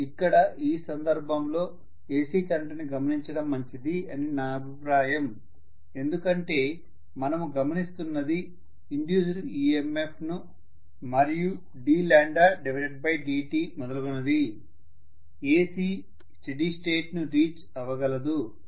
ఇక్కడ ఈ సందర్భంలో AC కరెంటు ని గమనించడం మంచిది అని నా అభిప్రాయం ఎందుకంటే మనము గమనిస్తుంది ఇండ్యూస్డ్ EMFని మరియు dλdt మొదలగునవి